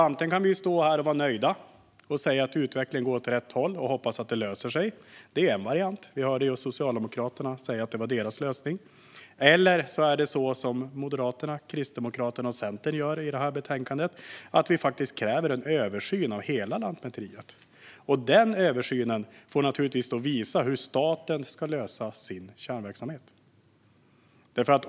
Antingen kan vi stå här och vara nöjda, säga att utvecklingen går åt rätt håll och hoppas att det löser sig - vi hörde just Socialdemokraterna säga att det var deras lösning - eller så kan vi, som Moderaterna, Kristdemokraterna och Centern gör i det här betänkandet, kräva en översyn av hela Lantmäteriet. Översynen får då naturligtvis visa hur staten ska lösa sin kärnverksamhet.